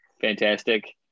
fantastic